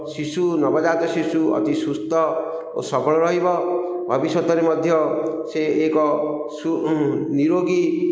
ଶିଶୁ ନବଜାତ ଶିଶୁ ଅତି ସୁସ୍ଥ ଓ ସବଳ ରହିବ ଭବିଷ୍ୟତରେ ମଧ୍ୟ ସେ ଏକ ନିରୋଗୀ